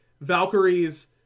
valkyries